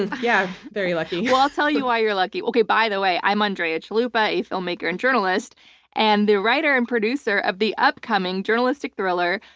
and yeah, very lucky. well, i'll tell you why you're lucky. okay. by the way, i'm andrea chalupa, a filmmaker and journalist and the writer and producer of the upcoming journalistic thriller,